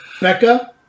Becca